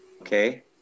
Okay